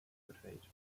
portrayed